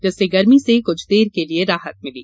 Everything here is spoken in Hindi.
जिससे गर्मी से कुछ देर के लिये राहत मिली